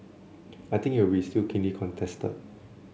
I think will still be keenly contested